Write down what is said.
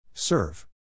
Serve